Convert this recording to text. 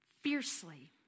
fiercely